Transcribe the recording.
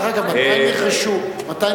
דרך אגב, מתי נרכשו הקרונות,